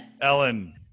Ellen